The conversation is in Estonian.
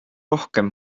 rohkem